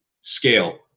scale